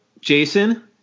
Jason